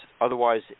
otherwise